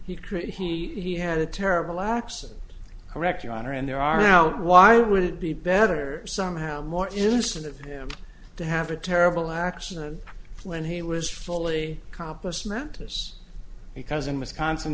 created he had a terrible accident correct your honor and there are now why would it be better somehow more innocent of him to have a terrible accident when he was fully accomplished madness because in wisconsin